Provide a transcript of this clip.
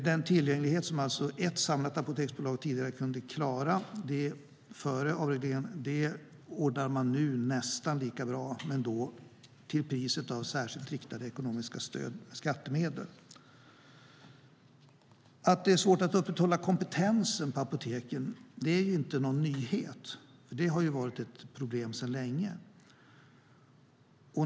Den tillgänglighet som ett samlat apoteksbolag tidigare kunde klara, alltså före avregleringen, ordnar man nu nästan lika bra men då till priset av särskilt riktade ekonomiska stöd i form av skattemedel. Att det är svårt att upprätthålla kompetensen på apoteken är ingen nyhet. Det har varit ett problem sedan länge.